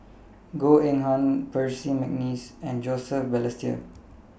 Goh Eng Han Percy Mcneice and Joseph Balestier